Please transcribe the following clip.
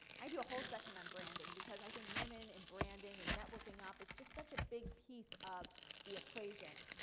i do a whole session on branding because i think women and branding and networking up it's just such a big piece of the equation.